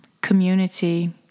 community